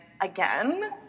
again